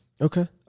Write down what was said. Okay